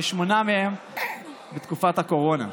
ושמונה מהם בתקופת הקורונה.